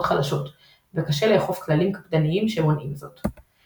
חלשות וקשה לאכוף כללים קפדניים שמונעים זאת.